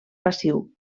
passiu